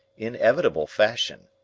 inevitable fashion.